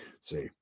See